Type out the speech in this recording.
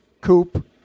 Coupe